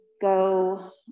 go